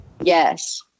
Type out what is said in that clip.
Yes